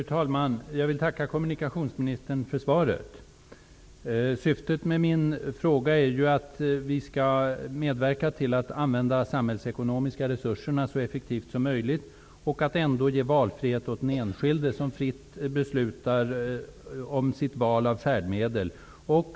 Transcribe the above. Fru talman! Jag tackar kommunikationsministern för svaret. Syftet med min fråga är att vi skall medverka till att använda de samhällsekonomiska resurserna så effektivt som möjligt, men ändå ge frihet åt den enskilde att själv besluta om sitt val av färdmedel.